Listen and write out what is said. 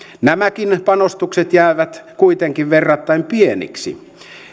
nämäkin panostukset jäävät kuitenkin verrattain pieniksi